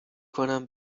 کنم